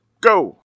go